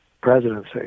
presidency